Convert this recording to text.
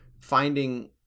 finding